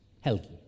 healthy